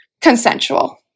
consensual